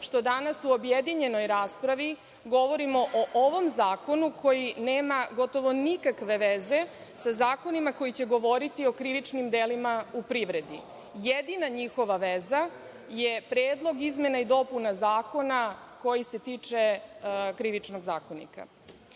što danas u objedinjenoj raspravi govorimo o ovom zakonu koji nema gotovo nikakve veza sa zakonima koji će govoriti o krivičnim delima u privredi. Jedina njihova veza je Predlog izmena i dopuna zakona koji se tiče Krivičnog zakonika. Žao